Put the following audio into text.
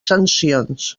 sancions